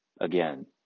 again